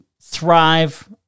thrive